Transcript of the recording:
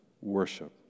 worship